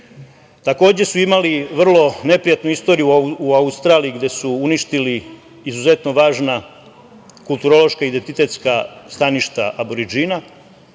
su imali vrlo neprijatnu istoriju u Australiji gde su uništili izuzetno važna kulturološka identitetska staništa Aboridžina,